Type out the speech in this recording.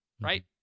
right